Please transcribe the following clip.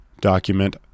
document